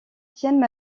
tiennent